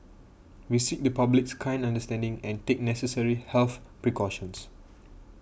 we seek the public's kind understanding and take necessary health precautions